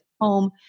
home